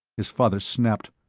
his father snapped.